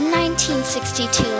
1962